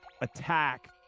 attack